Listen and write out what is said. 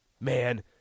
man